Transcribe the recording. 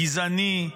הגזעני,